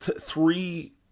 three